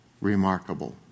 remarkable